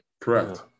Correct